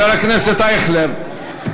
חבר הכנסת אייכלר.